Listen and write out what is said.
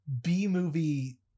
b-movie